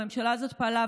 הממשלה הזאת פעלה,